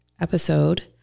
episode